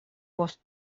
post